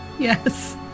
Yes